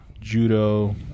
judo